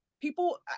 people